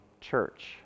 church